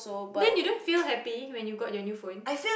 then you don't feel happy when you got your new phone